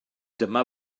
dyma